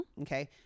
Okay